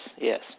yes